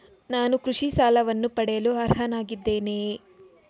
ನಾನು ಕೃಷಿ ಸಾಲವನ್ನು ಪಡೆಯಲು ಅರ್ಹನಾಗಿದ್ದೇನೆಯೇ?